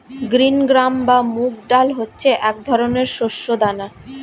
green gram বা মুগ ডাল হচ্ছে এক ধরনের শস্য দানা